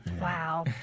Wow